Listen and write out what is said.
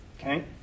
Okay